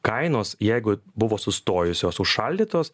kainos jeigu buvo sustojusios užšaldytos